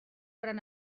gran